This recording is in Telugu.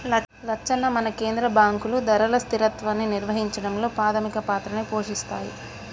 లచ్చన్న మన కేంద్ర బాంకులు ధరల స్థిరత్వాన్ని నిర్వహించడంలో పాధమిక పాత్రని పోషిస్తాయి